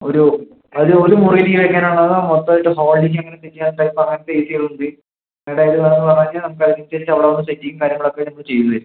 ഒരു ഒരു ഒരു മുറിയിലേക്ക് വയ്ക്കാൻ ഉള്ളതാണോ മൊത്തം ആയിട്ട് ഹോർഡിങ് അങ്ങനെ എന്തെങ്കിലും ചെയ്യാൻ ടൈപ്പ് ആണോ അങ്ങനത്തെ എ സികളും ഉണ്ട് മാഡം ഏത് വേണമെന്ന് പറഞ്ഞ് കഴിഞ്ഞാൽ നമുക്ക് അതിനനുസരിച്ച് അവിടെ വന്ന് സെറ്റിംഗ് കാര്യങ്ങൾ ഒക്കെ ഞങ്ങൾ ചെയ്ത് തരും